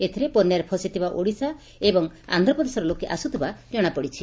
ଏଥିରେ ବନ୍ୟାରେ ଫସିଥିବା ଓଡ଼ିଶା ଏବଂ ଆନ୍ଧ୍ରପ୍ରଦେଶର ଲୋକେ ଆସୁଥିବା ଜଣାପଡ଼ିଛି